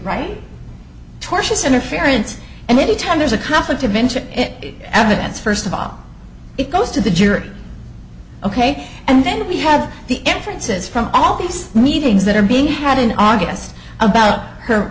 right tortious interference and anytime there's a conflict of interest it evidence first of all it goes to the jury ok and then we have the entrances from all these meetings that are being had in august about her